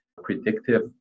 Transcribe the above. predictive